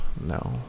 No